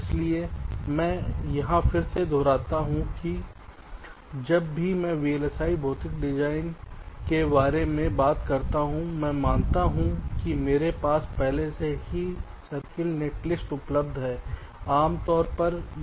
इसलिए मैं फिर से दोहराता हूं क़ि जब भी मैं वीएलएसआई भौतिक डिजाइन के बारे में बात करता हूं मैं मानता हूं कि मेरे पास पहले से ही सर्किट नेटलिस्ट उपलब्ध है